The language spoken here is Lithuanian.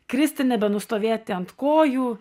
kristi nebenustovėti ant kojų